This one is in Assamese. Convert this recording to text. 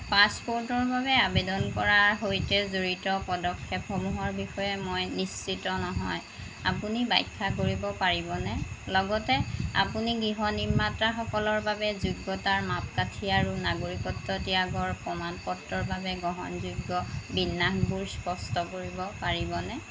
পাছপোৰ্টৰ বাবে আবেদন কৰাৰ সৈতে জড়িত পদক্ষেপসমূহৰ বিষয়ে মই নিশ্চিত নহয় আপুনি ব্যাখ্যা কৰিব পাৰিবনে লগতে আপুনি গৃহ নিৰ্মাতাসকলৰ বাবে যোগ্যতাৰ মাপকাঠি আৰু নাগৰিকত্ব ত্যাগৰ প্ৰমাণপত্ৰৰ বাবে গ্ৰহণযোগ্য বিন্যাসবোৰ স্পষ্ট কৰিব পাৰিবনে